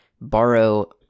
borrow